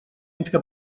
entre